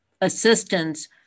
assistance